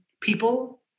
people